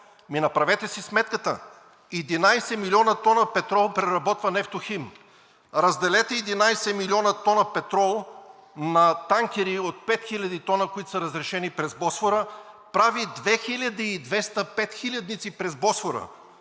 Направете си сметката – 11 милиона тона петрол преработва „Нефтохим“. Разделете 11 милиона тона петрол на танкери от 5000 тона, които са разрешени през Босфора – прави 2200 петхилядници през Босфора.